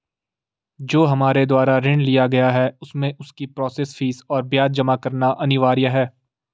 जो हमारे द्वारा ऋण लिया गया है उसमें उसकी प्रोसेस फीस और ब्याज जमा करना अनिवार्य है?